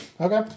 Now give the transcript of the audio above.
Okay